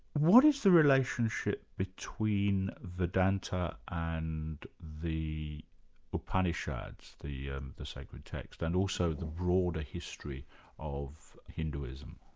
what is the relationship between vedanta ah and the upanishads, the and the sacred text, and also the broader history of hinduism?